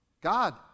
God